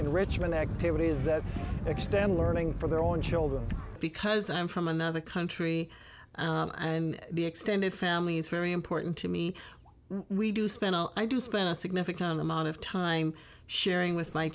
enrichment activities that extend learning for their own children because i'm from another country and the extended families very important to me we do spend i do spend a significant amount of time sharing with my